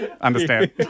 Understand